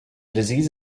disease